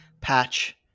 Patch